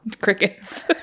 crickets